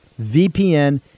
VPN